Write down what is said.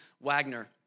Wagner